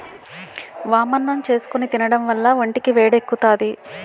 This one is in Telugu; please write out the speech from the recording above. వామన్నం చేసుకుని తినడం వల్ల ఒంటికి వేడెక్కుతాది